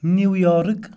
New York